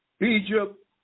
Egypt